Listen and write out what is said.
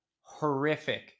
horrific